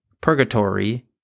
purgatory